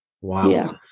Wow